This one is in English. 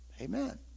Amen